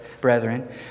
brethren